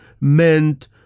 meant